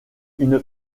une